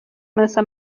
مثل